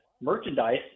merchandise